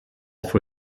for